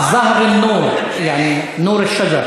(אומר בערבית: פרח האור, כלומר אור העץ.)